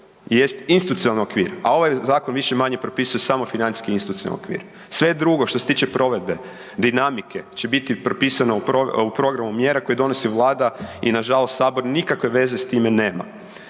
jest institucionalni okvir, a ovaj zakon više-manje propisuje samo financijski institucionalni okvir. Sve drugo što se tiče provedbe, dinamike će biti propisano u programu mjera koje donosi Vlada i nažalost Sabor nikakve veze s time nema,